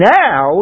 now